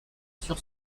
sur